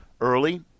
early